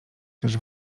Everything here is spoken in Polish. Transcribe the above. też